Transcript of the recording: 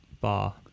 bar